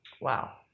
Wow